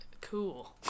cool